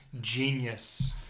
genius